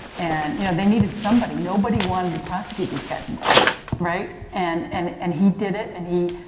and, you know, they needed somebody. nobody wanted to prosecute these guys in court. right? and, and, and he did it and he,